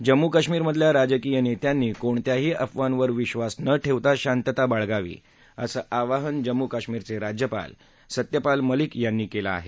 जम्मू काश्मीरमधल्या राजकीय नेत्यांनी कोणत्याही अफवांवर विश्वास न ठेवता शांतता बाळगावी असं आवाहन जम्मू काश्मीरचे राज्यपाल सत्यपाल मलिक यांनी केली आहे